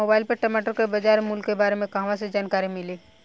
Mobile पर टमाटर के बजार मूल्य के बारे मे कहवा से जानकारी मिली?